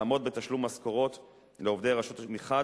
לעמוד בתשלום משכורות לעובדי הרשות מחד,